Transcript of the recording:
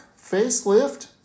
facelift